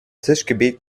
tischgebet